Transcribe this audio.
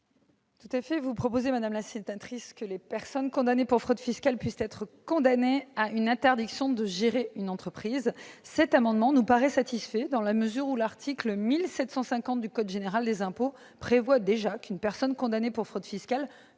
collègue, vous proposez que les personnes condamnées pour fraude fiscale puissent également être condamnées à une interdiction de gérer une entreprise. Votre amendement nous paraît satisfait dans la mesure où l'article 1750 du code général des impôts prévoit déjà qu'une personne condamnée pour fraude fiscale